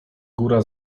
góra